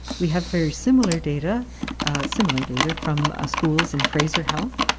we have very similar data similar data from ah schools in fraser health,